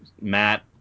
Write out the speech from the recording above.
Matt